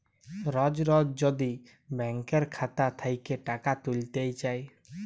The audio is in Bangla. রজ রজ যদি ব্যাংকের খাতা থ্যাইকে টাকা ত্যুইলতে চায়